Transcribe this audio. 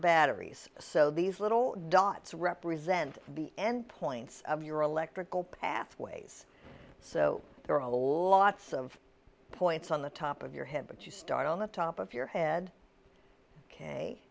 batteries so these little dots represent the endpoints of your electrical pathways so there are a whole lot of points on the top of your head but you start on the top of your head ok